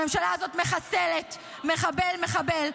הממשלה הזאת מחסלת מחבל-מחבל,